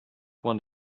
one